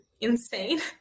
insane